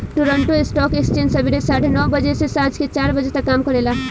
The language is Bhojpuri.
टोरंटो स्टॉक एक्सचेंज सबेरे साढ़े नौ बजे से सांझ के चार बजे तक काम करेला